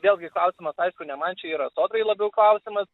vėlgi klausimas aišku ne man čia yra sodrai labiau klausimas